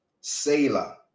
sailor